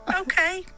okay